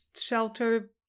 shelter